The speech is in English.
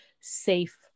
safe